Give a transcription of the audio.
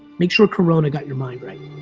make sure corona got your mind right.